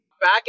Back